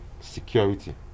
security